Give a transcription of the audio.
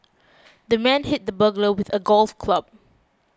the man hit the burglar with a golf club